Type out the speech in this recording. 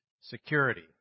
Security